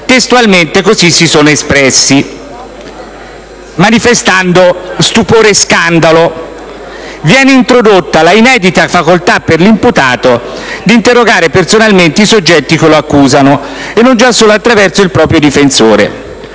esame, si sono espressi, manifestando stupore e scandalo, affermando che viene introdotta la inedita facoltà per l'imputato di interrogare personalmente i soggetti che lo accusano, e non già solo attraverso il proprio difensore.